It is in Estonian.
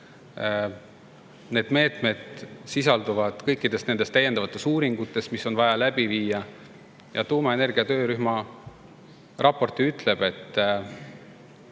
Need meetmed sisalduvad kõikides täiendavates uuringutes, mis on vaja läbi viia. Tuumaenergia töörühma raport ju ütleb, et